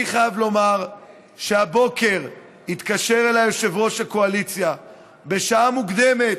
אני חייב לומר שהבוקר התקשר אליי יושב-ראש הקואליציה בשעה מוקדמת,